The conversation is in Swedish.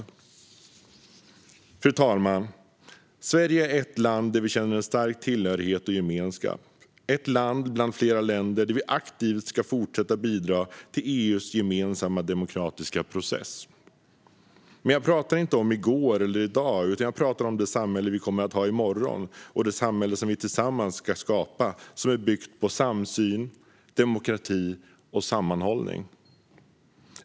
Granskning av rapporter och meddelande om subsidiaritet och proportionalitet m.m. Fru talman! Sverige är ett land där vi känner en stark tillhörighet och gemenskap. Det är ett land bland flera länder som aktivt ska fortsätta bidra till EU:s gemensamma demokratiska process. Men jag pratar inte om i går eller i dag, utan jag pratar om det samhälle vi kommer att ha i morgon och det samhälle som vi tillsammans ska skapa och som är byggt på samsyn, demokrati och sammanhållning.